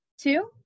Two